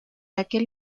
aquel